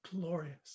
glorious